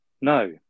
No